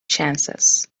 chances